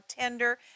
tender